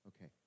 Okay